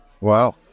Wow